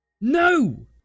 No